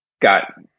got